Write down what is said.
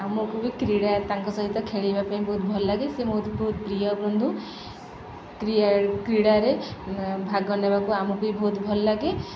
ଆମକୁ ବି କ୍ରୀଡ଼ା ତାଙ୍କ ସହିତ ଖେଳିବା ପାଇଁ ବହୁତ ଭଲ ଲାଗେ ସେ ମୋ ବହୁତ ପ୍ରିୟ ବନ୍ଧୁ କ୍ରୀଡ଼ାରେ ଭାଗ ନେବାକୁ ଆମକୁ ବି ବହୁତ ଭଲ ଲାଗେ